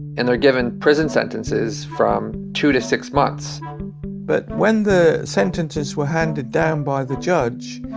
and they're given prison sentences from two to six months but when the sentences were handed down by the judge,